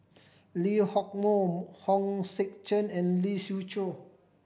Lee Hock Moh Hong Sek Chern and Lee Siew Choh